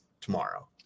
tomorrow